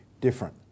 different